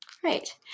Great